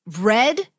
Red